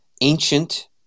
Ancient